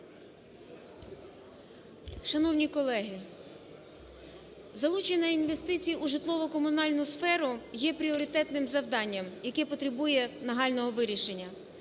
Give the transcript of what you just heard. Шановні колеги, залучення інвестицій у житлово-комунальну комунальну сферу є пріоритетним завданням, яке потребує нагального вирішення.